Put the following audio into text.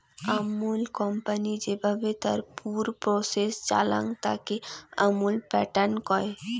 Amul company যেভাবে তার পুর প্রসেস চালাং, তাকে আমুল প্যাটার্ন কয়